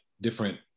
different